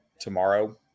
tomorrow